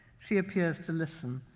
she appears to listen,